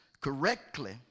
correctly